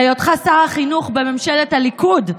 בהיותך שר החינוך בממשלת הליכוד,